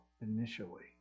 initially